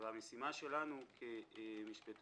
המשימה שלנו כמשפטנים,